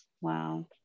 Wow